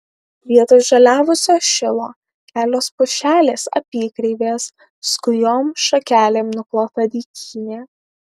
vietoj žaliavusio šilo kelios pušelės apykreivės skujom šakelėm nuklota dykynė